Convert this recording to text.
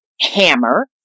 hammer